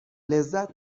لذت